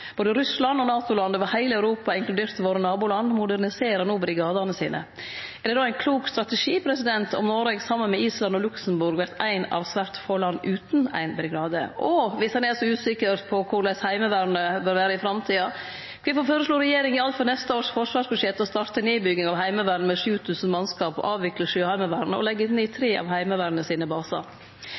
Både Russland og NATO-land over heile Europa, inkludert våre naboland, moderniserer no brigadane sine. Er det då ein klok strategi om Noreg, saman med Island og Luxembourg, vert eitt av svært få land utan ein brigade? Og viss ein er så usikker på korleis Heimevernet bør vere i framtida, kvifor føreslo regjeringa alt for neste års forsvarsbudsjett å starte nedbygginga av Heimevernet med 7 000 mannskap, avvikle Sjøheimevernet og leggje ned tre av Heimevernet sine basar?